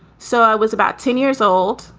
so i was about ten years old.